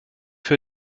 für